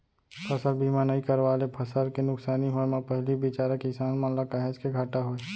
फसल बीमा नइ करवाए ले फसल के नुकसानी होय म पहिली बिचारा किसान मन ल काहेच के घाटा होय